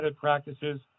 practices